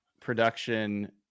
production